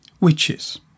Witches